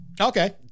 Okay